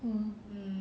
um